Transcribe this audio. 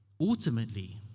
ultimately